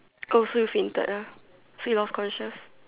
oh so you fainted ah so you lost conscious